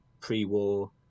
pre-war